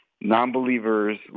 non-believers